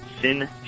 Sin